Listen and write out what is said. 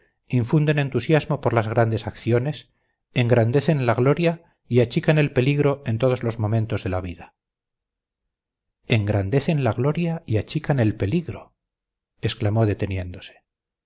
infunden entusiasmo por las grandes acciones engrandecen la gloria y achican el peligro en todos los momentos de la vida engrandecen la gloria y achican el peligro exclamó deteniéndose